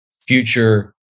future